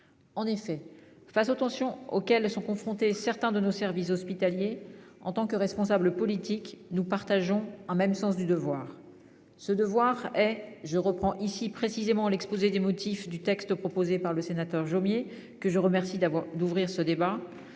hémicycle. Face aux tensions auxquelles sont confrontés certains de nos services hospitaliers, en tant que responsables politiques, nous partageons un même sens du devoir. Ce devoir consiste, selon les termes de l'exposé des motifs du texte proposé par le sénateur Jomier, que je remercie d'ouvrir ce débat,